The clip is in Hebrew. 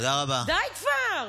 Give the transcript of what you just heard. די כבר.